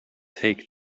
take